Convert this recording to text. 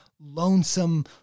lonesome